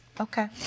Okay